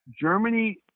Germany